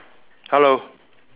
hello